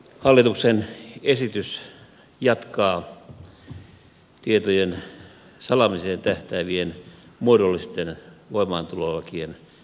hallituksen esitys jatkaa tietojen salaamiseen tähtäävien muodollisten voimaantulolakien sarjaa